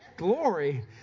glory